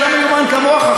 אני לא מיומן כמוך,